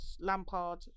Lampard